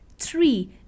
Three